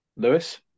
Lewis